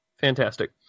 Fantastic